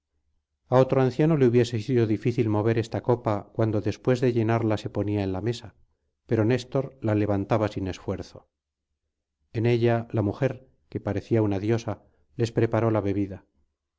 a otro anciano le hubiese sido difícil mover esta copa cuando después de llenarla se ponía en la mesa pero néstor la levantaba sin esfuerzo en ella la mujer que parecía una diosa les preparó la bebida